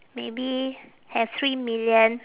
maybe have three million